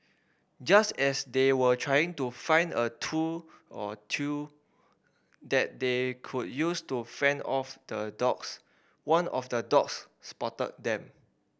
just as they were trying to find a tool or two that they could use to fend off the dogs one of the dogs spotted them